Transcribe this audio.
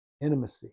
intimacy